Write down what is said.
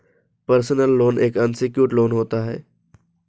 personal loan एक unsecured loan होता है